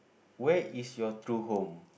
where is your true home